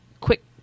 quick